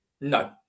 No